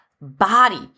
body